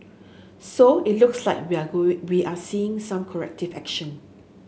so it looks like we are going we are seeing some corrective action